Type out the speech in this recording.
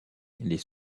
les